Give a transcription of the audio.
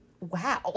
wow